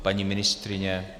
Paní ministryně?